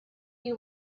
you